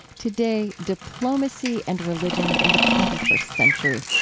today, diplomacy and religion in the twenty first century.